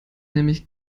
nämlich